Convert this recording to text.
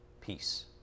Peace